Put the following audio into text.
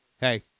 Hey